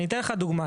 אני אתן לך דוגמא.